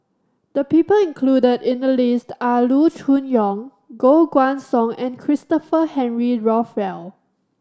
the people included in the list are Loo Choon Yong Koh Guan Song and Christopher Henry Rothwell